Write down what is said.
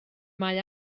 mae